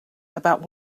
about